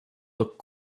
looked